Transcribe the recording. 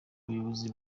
abayobozi